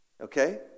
Okay